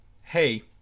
hey